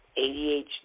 ADHD